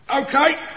Okay